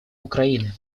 украины